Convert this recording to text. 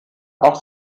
auch